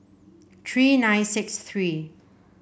three nine six three